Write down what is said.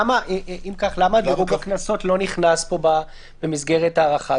למה דירוג הקנסות לא נכנס פה במסגרת ההארכה?